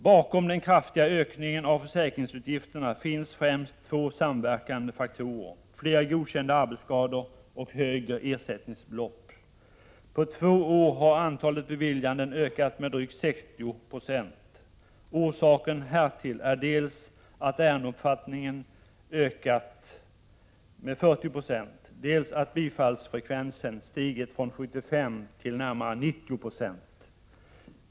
Bakom den kraftiga ökningen av försäkringsutgifterna finns främst två samverkande faktorer: fler godkända arbetsskador och högre ersättningsbelopp. På två år har antalet beviljanden ökat med drygt 60 20. Orsaken härtill är dels att ärendeomfattningen ökat med 40 96, dels att bifallsfrekvensen stigit från 75 90 till närmare 90 26.